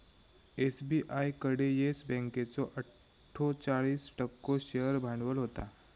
SBI कडे yes बँकेचो अट्ठोचाळीस टक्को शेअर भांडवल होता